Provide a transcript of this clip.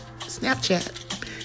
Snapchat